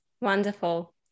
Wonderful